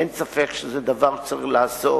אין ספק שזה דבר שצריך לעשות.